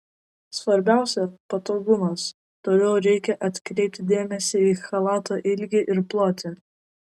svarbiausia patogumas todėl reikia atkreipti dėmesį į chalato ilgį ir plotį